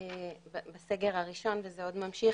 בסדר הראשון וזה עוד ממשיך,